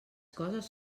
coses